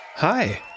Hi